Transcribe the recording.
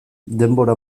denbora